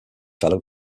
fellow